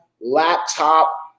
laptop